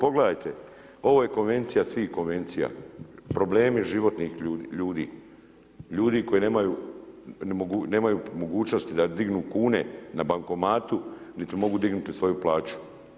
Pogledajte, ovo je konvencija svih konvencija, problemi životnih ljudi, ljudi koji nemaju mogućnosti da dignu kune na bankomatu niti mogu dignuti svoju plaću.